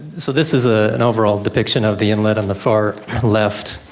so this is ah an overall depiction of the inlet on the far left,